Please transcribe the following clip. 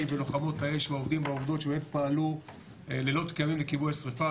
ולוחמות האש והעובדים והעובדות שבאמת פעלו לילות כימים לכיבוי השריפה.